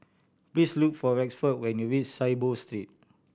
please look for Rexford when you reach Saiboo Street